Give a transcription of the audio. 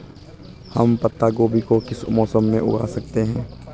हम पत्ता गोभी को किस मौसम में उगा सकते हैं?